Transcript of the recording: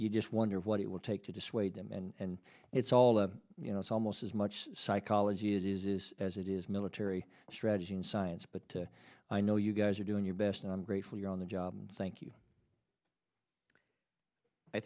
you just wonder what it will take to dissuade them and it's all a you know it's almost as much psychology it is as it is military strategy and science but i know you guys are doing your best and i'm grateful you're on the job thank you i